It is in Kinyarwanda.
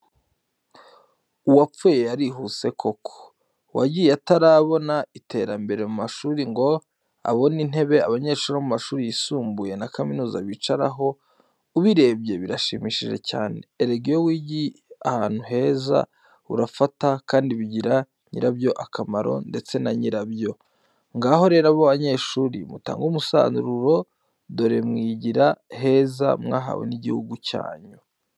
Uwapfuye yarihuse koko! Wagiye atarabona iterambere mu mashuri ngo abone intebe abanyeshuri bo mu mashuri yisumboye na kaminuza bicaraho, ubirebye birashimishije cyane. Erega iyo wigiye ahantu heza urafata kandi bigirira nyirabyo akamaro ndetse na nyirabyo. Ngaho rero banyeshuri mutange umusaruro dore mwigira heza mwahawe n'igihugu cyanyu.